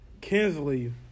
Kinsley